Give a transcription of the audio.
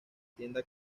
tienda